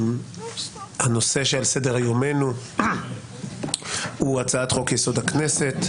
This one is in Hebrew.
הנושא שעל סדר יומנו הוא הצעת חוק-יסוד: הכנסת